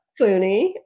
Clooney